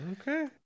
Okay